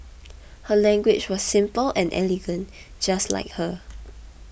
her language was simple and elegant just like her